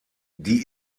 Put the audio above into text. die